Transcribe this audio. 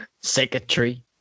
secretary